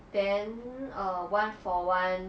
then err one for one